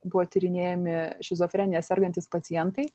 buvo tyrinėjami šizofrenija sergantys pacientai